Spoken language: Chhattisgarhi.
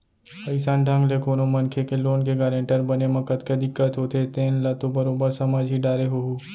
अइसन ढंग ले कोनो मनखे के लोन के गारेंटर बने म कतका दिक्कत होथे तेन ल तो बरोबर समझ ही डारे होहूँ